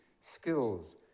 skills